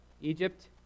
Egypt